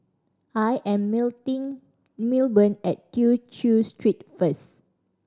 I am Milburn at Tew Chew Street first